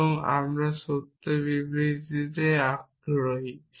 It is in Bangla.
এবং আমরা সত্য বিবৃতিতে আগ্রহী